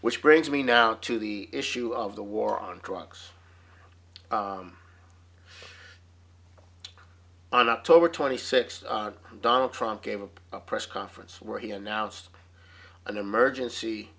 which brings me now to the issue of the war on drugs on october twenty sixth donald trump gave a press conference where he announced an emergency